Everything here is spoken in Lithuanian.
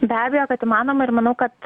be abejo kad įmanoma ir manau kad